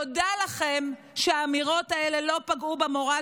תודה לכם על כך שהאמירות האלה לא פגעו במורל